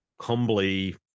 humbly